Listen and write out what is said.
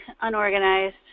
unorganized